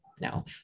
no